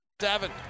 seven